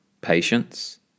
patience